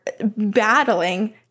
battling